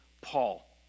Paul